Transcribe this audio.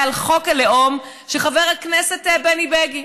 על חוק הלאום של חבר הכנסת בני בגין.